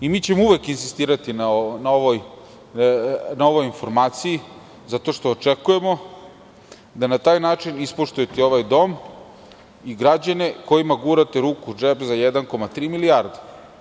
Mi ćemo uvek insistirati na ovoj informaciji, zato što očekujemo da na taj način ispoštujete i ovaj dom i građane kojima gurate ruku u džep za 1,3 milijarde.